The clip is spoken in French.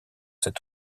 cet